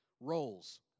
Roles